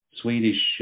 Swedish